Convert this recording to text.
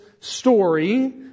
story